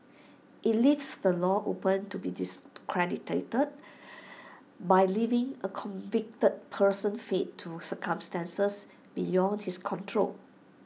IT leaves the law open to be discredited by leaving A convicted person's fate to circumstances beyond his control